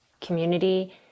community